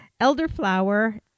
Elderflower